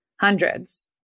hundreds